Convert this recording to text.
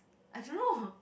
I don't know